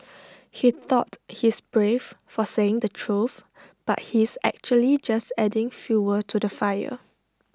he thought he is brave for saying the truth but he is actually just adding fuel to the fire